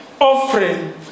offering